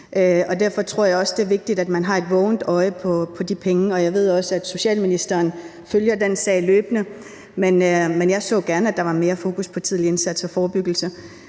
Derfor tror jeg også, det er vigtigt, at man har et vågent øje på de penge, og jeg ved også, at socialministeren følger den sag løbende. Men jeg så gerne, at der var mere fokus på tidlig indsats og forebyggelse.